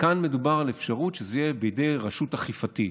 כאן מדובר על אפשרות שזה יהיה בידי רשות אכיפתית,